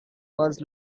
was